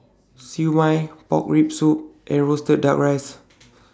Siew Mai Pork Rib Soup and Roasted Duck Rice